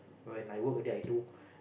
when I work already I do